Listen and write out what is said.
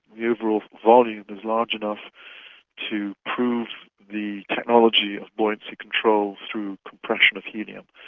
the overall volume is large enough to prove the technology of buoyancy control through compression of helium.